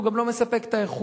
הוא גם לא מספק את האיכות,